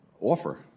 offer